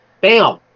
Bam